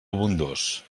abundós